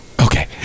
Okay